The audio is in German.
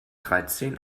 dreizehn